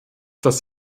dass